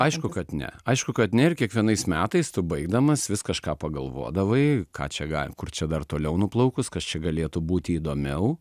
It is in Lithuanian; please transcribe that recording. aišku kad ne aišku kad ne ir kiekvienais metais tu baigdamas vis kažką pagalvodavai ką čia gali kur čia dar toliau nuplaukus kas čia galėtų būti įdomiau